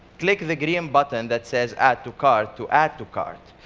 click the green button that says add to cart to add to cart.